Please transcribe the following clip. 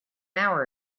hour